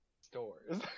stores